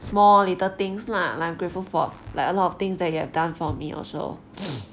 small little things lah I'm grateful for like a lot of things that you have done for me also